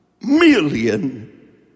million